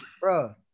bro